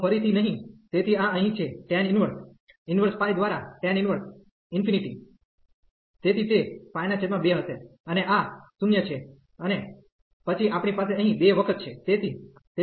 તો ફરીથી નહીં તેથી આ અહીં છે tan ઇંન્વર્સ ઇંન્વર્સ પાઇ દ્વારા tan ઇંન્વર્સ ઇન્ફીનીટી તેથી તે 2 હશે અને આ 0 છે અને પછી આપણી પાસે અહીં 2 વખત છે